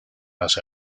las